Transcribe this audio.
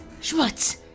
Schmutz